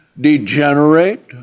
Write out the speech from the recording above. degenerate